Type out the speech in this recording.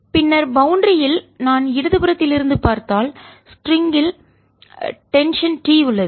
பின்னர் பவுண்டரியில் எல்லையில் நான் இடது புறத்திலிருந்து பார்த்தால்ஸ்ட்ரிங்கில் லேசான கயிறு டென்ஷன்இழுவிசை T உள்ளது